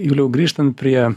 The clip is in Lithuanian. juliau grįžtant prie